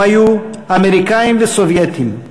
הם היו אמריקנים וסובייטים,